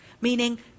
Meaning